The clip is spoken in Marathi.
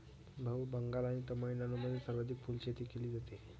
भाऊ, बंगाल आणि तामिळनाडूमध्ये सर्वाधिक फुलशेती केली जाते